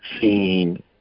seen